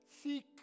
Seek